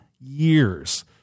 years